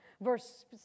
verse